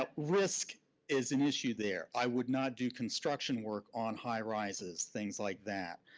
but risk is an issue there. i would not do construction work on high-rises, things like that.